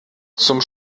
zum